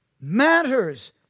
matters